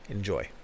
Enjoy